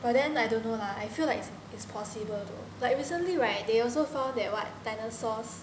but then I don't know lah I feel like it's possible though like recently right they also found that what dinosaurs